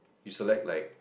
you select like